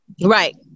Right